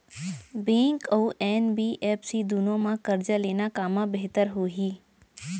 Bank अऊ NBFC दूनो मा करजा लेना कामा बेहतर होही?